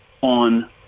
on